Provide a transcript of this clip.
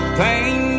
pain